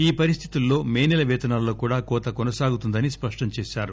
ఈ పరిస్దితుల్లో మే నెల పేతనాల్లో కూడా కోత కొనసాగుతుందని స్పష్టం చేశారు